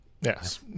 yes